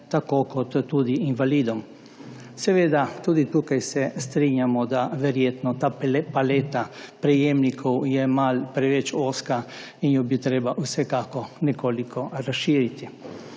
tako kot tudi invalidom. Seveda tudi tukaj se strinjamo, da verjetno ta paleta prejemnikov je malo preveč ozka in bi jo bilo treba vsekakor nekoliko razširiti.